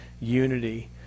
unity